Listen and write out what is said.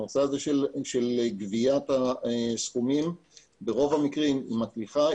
גבייה עבור השקיות ברוב המקרים מצליחה,